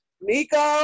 nico